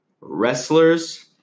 wrestlers